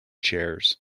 chairs